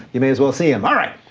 you may as well see em. all right,